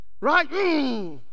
right